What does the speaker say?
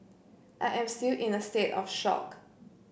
I am still in a state of shock